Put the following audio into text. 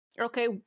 Okay